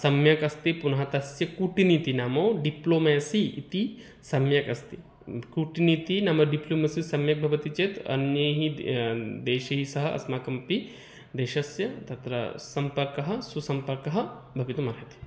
सम्यगस्ति पुनः तस्य कूटनीतिः नाम डिप्लोमेसि इति सम्यगस्ति कूटनीतिः नाम डिप्लोमेसि सम्यक् भवति चेत् अन्यैः त् देशैः सह अस्माकमपि देशस्य तत्र सम्पर्कः सुसम्पर्कः भवितुमर्हति